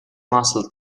muscle